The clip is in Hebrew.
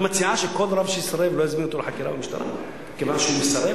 את מציעה שכל רב שיסרב לא יזמינו אותו לחקירה במשטרה כיוון שהוא מסרב,